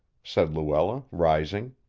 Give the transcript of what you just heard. said luella, rising.